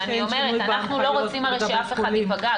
אנחנו הרי לא רוצים שאף אחד יפגע,